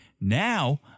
Now